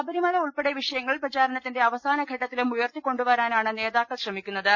ശബരിമല ഉൾപ്പെടെ വിഷയങ്ങൾ പ്രചാരണത്തിന്റെ അവസാ നഘട്ടത്തിലും ഉയർത്തിക്കൊണ്ടുവരാനാണ് നേതാക്കൾ ശ്രമിക്കു ന്നത്